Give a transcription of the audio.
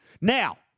Now